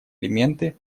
элементы